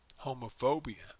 homophobia